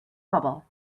bubble